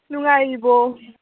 ꯅꯨꯡꯉꯥꯏꯔꯤꯕꯣ